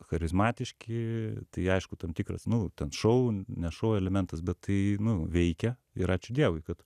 charizmatiški tai aišku tam tikras nu ten šou ne šou elementas bet tai nu veikia ir ačiū dievui kad